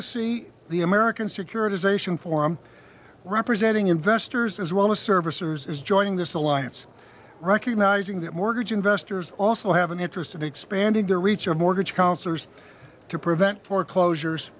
to see the american securitization forum representing investors as well as servicers is joining this alliance recognizing that mortgage investors also have an interest in expanding the reach of mortgage counselors to prevent foreclosures